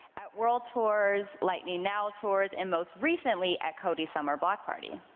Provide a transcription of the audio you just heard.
at world tours, lightning now tours, and most recently at codey's summer block party.